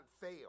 fail